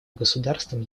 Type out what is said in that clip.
государством